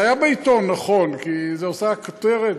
זה היה בעיתון, נכון, כי זה עשה כותרת.